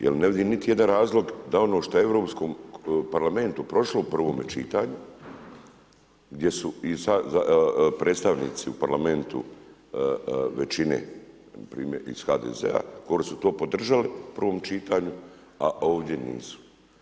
Jer ne vidim niti jedan razlog da ono ošto je u Europskom parlamentu prošlo u prvome čitanju, gdje su i predstavnici u parlamentu većine, npr. iz HDZ-a, oni su to podržali u prvom čitanju a ovdje nisu.